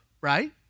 right